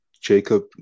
Jacob